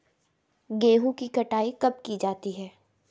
गेहूँ की कटाई कब की जाती है?